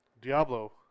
Diablo